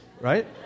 right